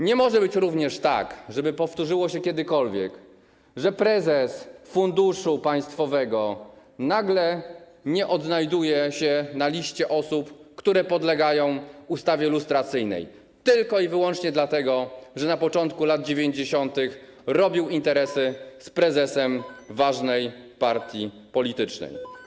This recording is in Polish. Nie może być również tak, żeby powtórzyło się kiedykolwiek, że prezes funduszu państwowego nagle nie odnajduje się na liście osób, które podlegają ustawie lustracyjnej, tylko i wyłącznie dlatego, że na początku lat 90. robił interesy z prezesem ważnej partii politycznej.